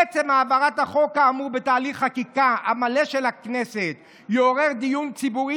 עצם העברת החוק כאמור בהליך החקיקה המלא של הכנסת יעורר דיון ציבורי